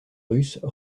russe